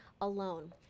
alone